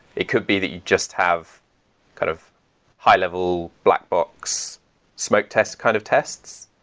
it could be that you just have kind of high-level black box smoke test kind of tests.